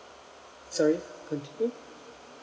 sorry continue